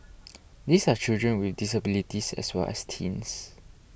these are children with disabilities as well as teens